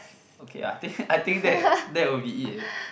okay ah I think I think that that will be it eh